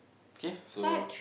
okay so